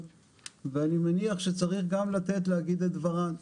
ואני מניח שצריך גם לתת להם להגיד את דברם.